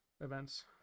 events